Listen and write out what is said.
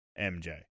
MJ